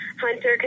hunter